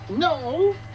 No